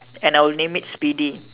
and I will name it speedy